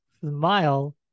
smile